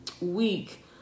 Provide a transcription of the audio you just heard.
week